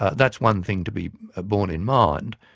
that's one thing to be ah borne in mind.